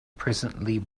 presently